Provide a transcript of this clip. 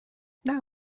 now